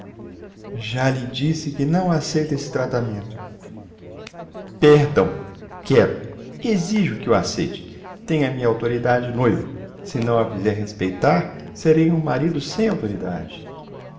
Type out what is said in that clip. já lhe disse que não aceito esse tratamento perdão quero exijo que o aceite tenho a minha autoridade de noivo se não a fizer respeitar serei um marido sem autoridade